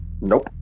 Nope